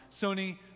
Sony